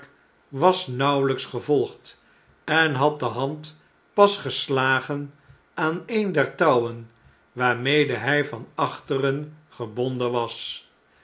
was nauwelps gevolgd en had de hand pas geslagen aan een der touwen waarmede hjj van achteren gebonden was